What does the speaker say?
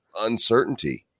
uncertainty